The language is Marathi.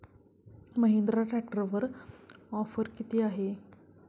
महिंद्रा ट्रॅक्टरवर ऑफर किती आहे?